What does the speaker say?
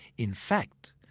in fact,